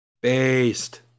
Based